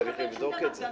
צריך לבדוק את זה.